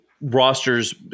rosters